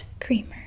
creamer